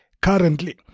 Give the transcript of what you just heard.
currently